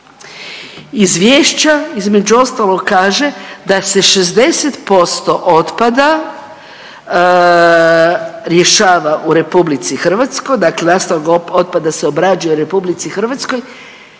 Izvješće između ostalog kaže da se 60% otpada rješava u Republici Hrvatskoj, dakle nastavak otpada se obrađuje u Republici Hrvatskoj.